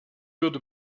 würde